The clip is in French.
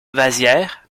vasières